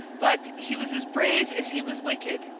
but, he was as brave as he was wicked,